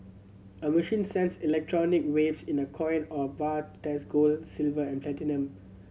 a machine sends electromagnetic waves in a coin or bar to test gold silver and platinum